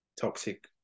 toxic